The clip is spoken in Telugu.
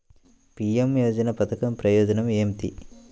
పీ.ఎం యోజన పధకం ప్రయోజనం ఏమితి?